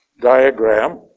diagram